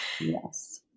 Yes